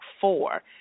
four